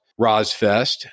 RozFest